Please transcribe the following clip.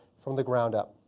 from the ground up.